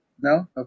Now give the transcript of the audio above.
no